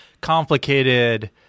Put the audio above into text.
complicated